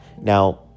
Now